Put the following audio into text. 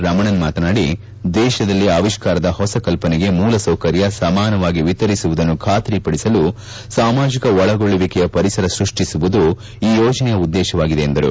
ರಮಣನ್ ಮಾತನಾಡಿ ದೇಶದಲ್ಲಿ ಆವಿಷ್ನಾರದ ಹೊಸ ಕಲ್ವನೆಗೆ ಮೂಲ ಸೌಕರ್ಲವನ್ನು ಸಮಾನವಾಗಿ ವಿತರಿಸುವುದನ್ನು ಬಾತರಿಪಡಿಸಲು ಸಾಮಾಜಿಕ ಒಳಗೊಳ್ಳುವಿಕೆಯ ಪರಿಸರ ಸ್ಟಷ್ಸಿಸುವುದು ಈ ಯೋಜನೆಯ ಉದ್ದೇಶವಾಗಿದೆ ಎಂದರು